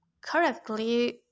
correctly